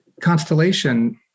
Constellation